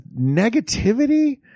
negativity